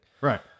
Right